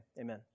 Amen